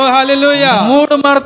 hallelujah